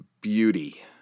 beauty